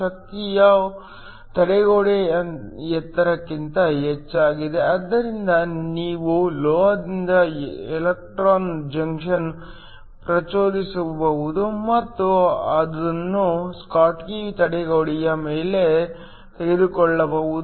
ಶಕ್ತಿಯು ತಡೆಗೋಡೆ ಎತ್ತರಕ್ಕಿಂತ ಹೆಚ್ಚಾಗಿದೆ ಆದ್ದರಿಂದ ನೀವು ಲೋಹದಿಂದ ಎಲೆಕ್ಟ್ರಾನ್ ಅನ್ನು ಪ್ರಚೋದಿಸಬಹುದು ಮತ್ತು ಅದನ್ನು ಸ್ಕಾಟ್ಕಿ ತಡೆಗೋಡೆಯ ಮೇಲೆ ತೆಗೆದುಕೊಳ್ಳಬಹುದು